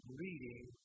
reading